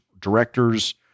directors